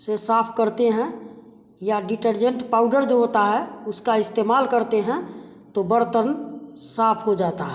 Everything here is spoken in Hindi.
से साफ़ करते हैं या डीटरजेंट पाउडर जो होता है उसका इस्तेमाल करते हैं तो बर्तन साफ़ हो जाता है